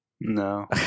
No